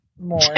more